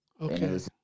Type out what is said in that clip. Okay